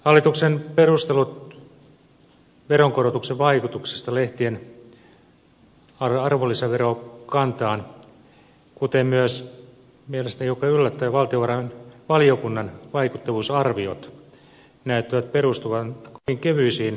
hallituksen perustelut veronkorotuksen vaikutuksista lehtien arvonlisäverokantaan kuten myös mielestäni hiukan yllättäen valtiovarainvaliokunnan vaikuttavuusarviot näyttävät perustuvan kovin kevyisiin tutkimuksiin